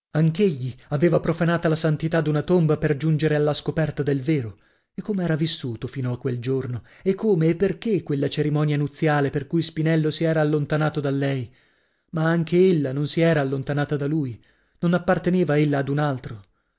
anch'egli aveva profanata la santità d'una tomba per giungere alla scoperta del vero e come era vissuto fino a quel giorno e come e perchè quella cerimonia nuziale per cui spinello si era allontanato da lei ma anche ella non si era allontanata da lui non apparteneva ella ad un altro